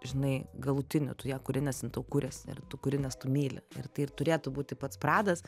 žinai galutinį tu ją kuri jin tau kuriasi ir tu kuri nes tu myli ir tai turėtų būti pats pradas